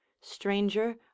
Stranger